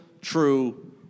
true